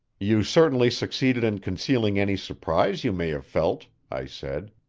you certainly succeeded in concealing any surprise you may have felt, i said.